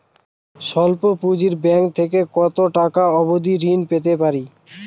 স্বল্প পুঁজির ব্যাংক থেকে কত টাকা অবধি ঋণ পেতে পারি?